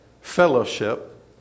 fellowship